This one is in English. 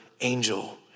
angel